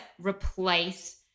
replace